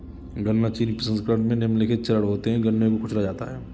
गन्ना चीनी प्रसंस्करण में निम्नलिखित चरण होते है गन्ने को कुचला जाता है